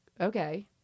okay